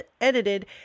edited